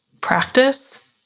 practice